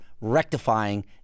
rectifying